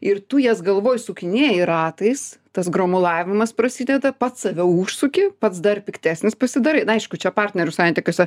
ir tu jas galvoj sukinėji ratais tas gromuliavimas prasideda pats save užsuki pats dar piktesnis pasidarai aišku čia partnerių santykiuose